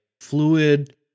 fluid